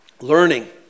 learning